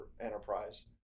enterprise